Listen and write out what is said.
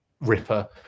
ripper –